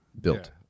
built